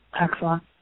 Excellent